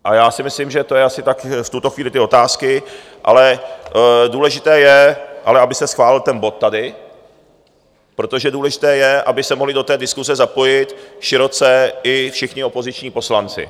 Ale já si myslím, že to jsou asi tak v tuto chvíli ty otázky, ale důležité je, aby se schválil ten bod tady, protože důležité je, aby se mohli do diskuse zapojit široce i všichni opoziční poslanci.